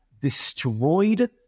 destroyed